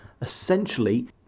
Essentially